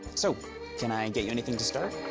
so can i get you anything to start?